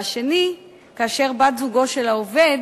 השני, כאשר בת-זוגו של העובד